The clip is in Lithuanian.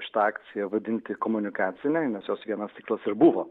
šitą akciją vadinti komunikacine nes jos vienas tikslas ir buvo